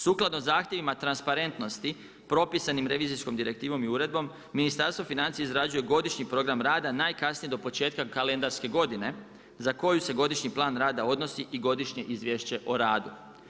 Sukladno zahtjevima transparentnosti, propisanom revizorskom direktivom i uredbom, Ministarstvo financija izrađuje godišnji program rada najkasnije do početka kalendarske godine za koju se godišnji plan rada odnosi i godišnje Izvješće o radu.